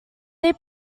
they